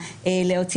שבאמת יש הצדקה להגן